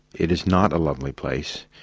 it is not a lovely place.